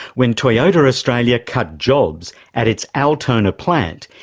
when toyota australia cut jobs at its altona plant,